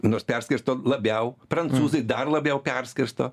nors perskirsto labiau prancūzai dar labiau perskirsto